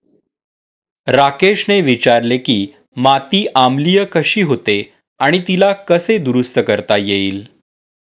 राकेशने विचारले की माती आम्लीय कशी होते आणि तिला कसे दुरुस्त करता येईल?